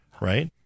right